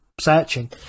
searching